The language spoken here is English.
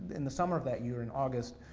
in the summer of that year, in august,